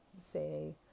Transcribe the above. say